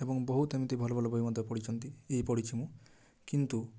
ଏବଂ ବହୁତ ଏମିତି ଭଲ ଭଲ ବହି ମଧ୍ୟ ପଢ଼ିଛନ୍ତି ଇଏ ପଢ଼ିଛି ମୁଁ କିନ୍ତୁ